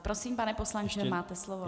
Prosím, pane poslanče, máte slovo.